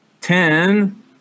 ten